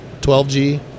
12G